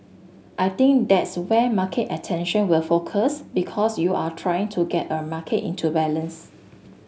I think that's where market attention will focus because you're trying to get a market into balance